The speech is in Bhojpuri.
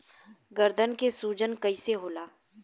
गर्दन के सूजन कईसे होला?